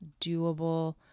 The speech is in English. doable